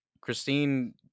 Christine